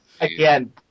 Again